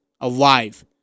alive